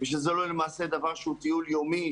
ושזה לא דבר שהוא טיול יומי,